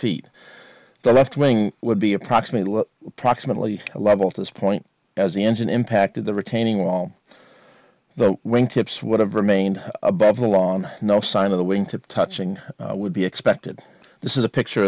feet the left wing would be approximately proximately level to this point as the engine impacted the retaining wall the wing tips would have remained above the lawn no sign of the wing to touching would be expected this is a picture